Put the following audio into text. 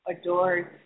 adored